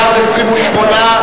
בעד, 28,